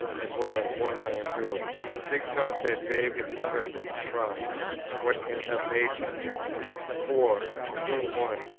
as well as what i am doing it takes off that vague and distressing surprise what can have made him four. june one.